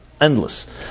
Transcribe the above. endless